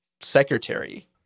secretary